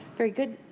very good.